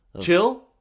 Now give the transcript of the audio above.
Chill